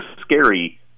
scary